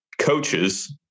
coaches